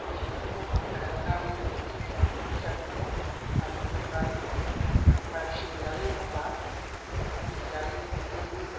बेसेनफोरखौ खमायनानै लाबोयो जिनिसफोरखौ फैसारफोरखौ आरो बिनिफ्राय बाखिबो जायो एखम्बा बाखि जायो होयो